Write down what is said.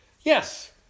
Yes